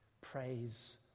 praise